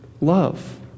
love